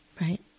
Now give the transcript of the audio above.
right